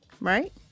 Right